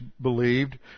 believed